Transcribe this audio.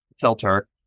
filter